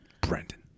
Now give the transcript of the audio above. Brendan